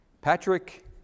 patrick